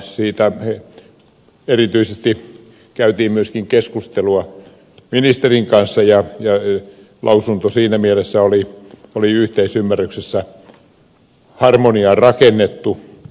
siitä erityisesti käytiin myöskin keskustelua ministerin kanssa ja lausunto siinä mielessä oli yhteisymmärryksessä harmoniaan rakennettu